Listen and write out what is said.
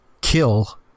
kill